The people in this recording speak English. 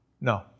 No